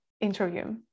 interview